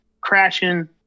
crashing